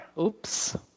Oops